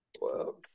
Wow